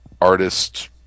artist